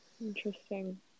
Interesting